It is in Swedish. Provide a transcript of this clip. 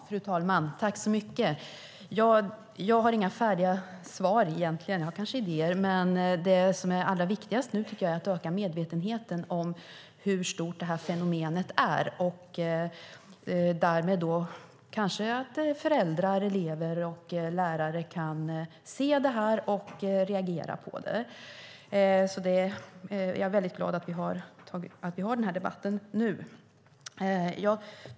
Fru talman! Jag har egentligen inga färdiga svar. Jag kanske har idéer, men det som är allra viktigast nu tycker jag är att öka medvetenheten om hur stort det här fenomenet är, så att föräldrar, elever och lärare kanske därmed kan se det och reagera på det. Jag är därför väldigt glad att vi har den här debatten nu.